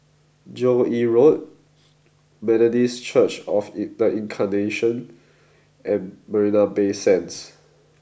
Joo Yee Road Methodist Church of the Incarnation and Marina Bay Sands